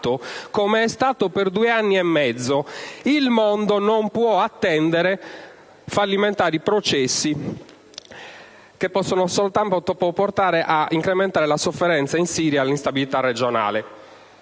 com'è stato per due anni e mezzo. Il mondo non può attendere fallimentari processi che possono soltanto portare a incrementare la sofferenza in Siria e l'instabilità regionale.